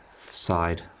side